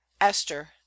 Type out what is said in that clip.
Esther